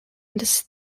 this